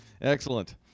Excellent